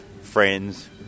friends